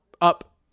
up